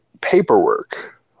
paperwork